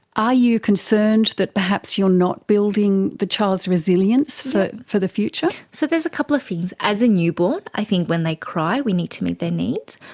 you concerned that perhaps you are not building the child's resilience for for the future? so there's a couple of things. as a newborn i think when they cry we need to meet their needs.